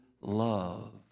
love